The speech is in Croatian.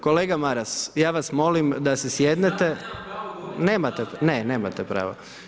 Kolega Maras, ja vas molim da si sjednete. … [[Upadica Maras, ne razumije se.]] Nemate, ne, nemate pravo.